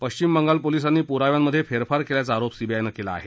पश्चिम बंगाल पोलिसांनी पुराव्यांमध्ये फेरफार केल्याचा आरोप सीबीआयनं केला आहे